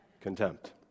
contempt